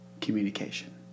communication